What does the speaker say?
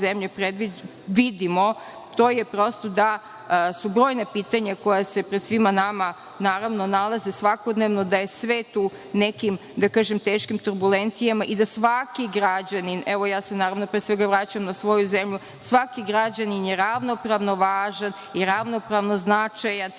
zemlje vidimo, to je prosto da su brojna pitanja koja se pred svima nama nalaze svakodnevno, da je svet u nekim teškim turbulencijama i da svaki građanin, ja se, pre svega, vraćam na svoju zemlju, svaki građanin je ravnopravno važan i ravnopravno značajan